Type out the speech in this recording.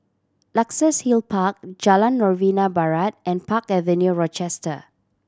Luxus Hill Park Jalan Novena Barat and Park Avenue Rochester